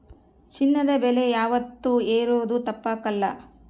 ಚಿನ್ನದ ಬೆಲೆ ಯಾವಾತ್ತೂ ಏರೋದು ತಪ್ಪಕಲ್ಲ